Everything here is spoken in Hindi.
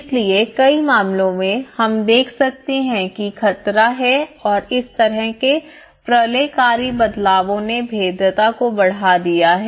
इसलिए कई मामलों में हम देख सकते हैं कि खतरा है और इस तरह के प्रलयकारी बदलावों ने भेद्यता को बढ़ा दिया है